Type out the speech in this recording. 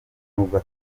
n’ubwa